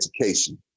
education